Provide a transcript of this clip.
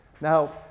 Now